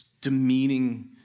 demeaning